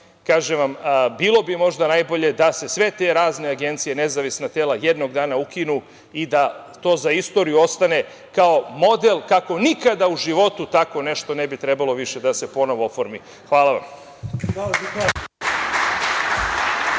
kažem vam, bilo bi možda najbolje da se sve te razne agencije, nezavisna tela jednog dana ukinu i da to za istoriju ostane kao model kako nikada u životu tako nešto ne bi trebalo više da se ponovo oformi. Hvala vam.